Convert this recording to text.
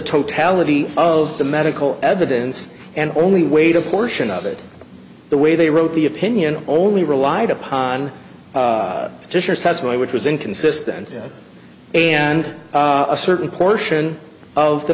totality of the medical evidence and only weighed a portion of it the way they wrote the opinion only relied upon just as well which was inconsistent and a certain portion of the